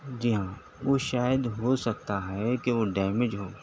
جی ہاں وہ شاید ہو سکتا ہے کہ وہ ڈیمیج ہو